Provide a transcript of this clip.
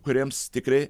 kuriems tikrai